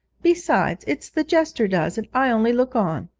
besides, it's the jester does it i only look on.